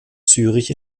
zürich